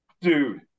Dude